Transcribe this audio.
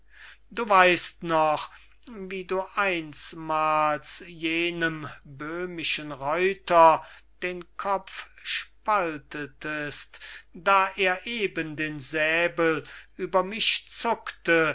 du weißt noch wie du einsmals jenem böhmischen reuter den kopf spaltetest da er eben den säbel über mich zuckte